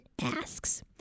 asks